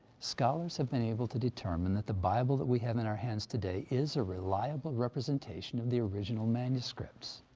scholars have been able to determine that the bible that we have in our hands today. is a reliable representation of the original manuscripts.